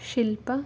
ಶಿಲ್ಪ